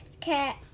catch